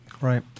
Right